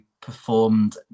performed